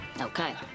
Okay